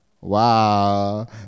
Wow